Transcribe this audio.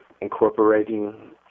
incorporating